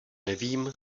nevím